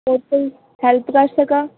ਹੋਰ ਕੋਈ ਹੈਲਪ ਕਰ ਸਕਾਂ